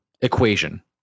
equation